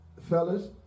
fellas